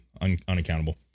unaccountable